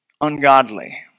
ungodly